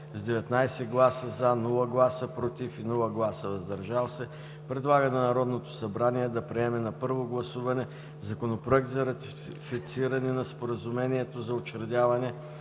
с 19 гласа „за”, без „против“ и „въздържали се” предлага на Народното събрание да приеме на първо гласуване Законопроект за ратифициране на Споразумението за учредяване